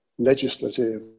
legislative